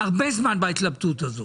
הרבה זמן בהתלבטות הזאת,